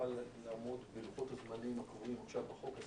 יוכל לעמוד בלוחות הזמנים הקבועים עכשיו בחוק,